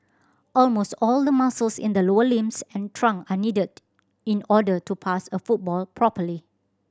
almost all the muscles in the lower limbs and trunk are needed in order to pass a football properly